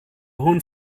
hohen